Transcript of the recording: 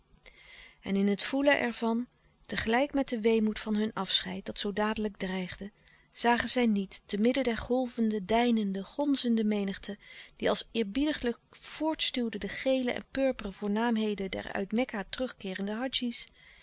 en in het voelen ervan tegelijk met den weemoed van hun afscheid dat zoo dadelijk dreigde zagen zij niet te midden der golvende deinende gonzende menigte die als eerbiediglijk voortstuwde de gele en purperen voornaamheden der uit mekka terugkeerende